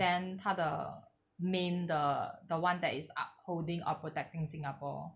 then 他的 main 的 the one that is up holding or protecting singapore